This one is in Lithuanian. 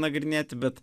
nagrinėti bet